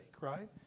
right